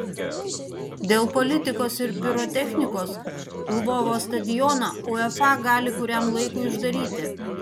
dėl politikos ir pirotechnikos lvovo stadioną uefa gali kuriam laikui uždaryti